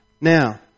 Now